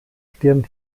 stirn